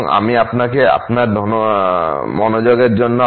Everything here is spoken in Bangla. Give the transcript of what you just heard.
এবং আমি আপনাকে ধন্যবাদ আপনার মনোযোগের জন্য